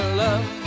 love